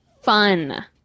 fun